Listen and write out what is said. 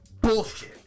bullshit